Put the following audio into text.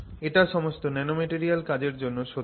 এটা সমস্ত ন্যানোম্যাটেরিয়াল কাজের জন্য সত্যি